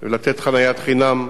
ולתת חניית חינם,